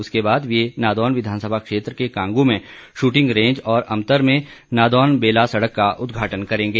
उसके बाद वे नादौन विधानसभा क्षेत्र के कांगू में शूटिंग रेंज और अमतर में नादौन बेला सड़क का उदघाटन करेंगे